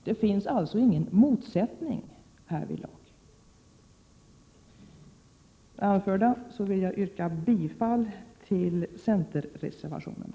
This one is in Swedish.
Det finns alltså ingen motsättning härvidlag. Med det anförda vill jag yrka bifall till centerreservationerna.